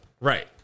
Right